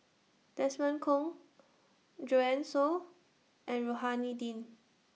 Desmond Kon Joanne Soo and Rohani Din